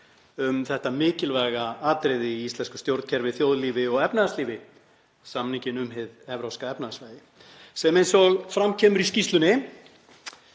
um þetta mikilvæga atriði í íslensku stjórnkerfi, þjóðlífi og efnahagslífi, samninginn um hið Evrópska efnahagssvæði sem, eins og fram kemur í skýrslunni,